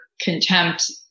contempt